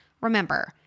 Remember